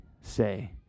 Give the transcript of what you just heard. say